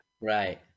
Right